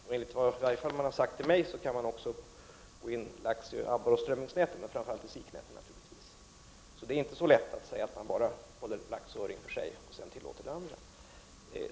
Men enligt vad man har sagt till mig kan lax gå in i abborroch strömmingsnät också. Men det är givetvis framför allt i siknät som lax kan gå in. Det är alltså inte så lätt att avgränsa laxöringen och sedan tillåta annat.